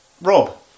Rob